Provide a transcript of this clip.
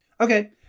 okay